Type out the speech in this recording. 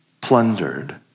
Plundered